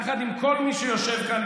יחד עם כל מי שיושב כאן,